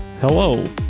Hello